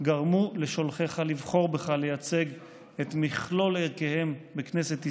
גרמו לשולחיך לבחור בך לייצג את מכלול ערכיהם בכנסת ישראל,